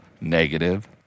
negative